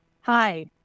Hi